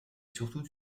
surtout